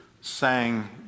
sang